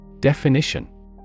Definition